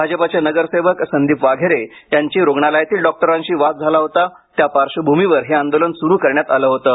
भाजपचे नगरसेवक संदीप वाघेरे यांची रुग्णालयातील डॉक्टरांशी वाद झाला होता त्या पार्श्वभूमीवर हे आंदोलन सुरू करण्यात आलं होतं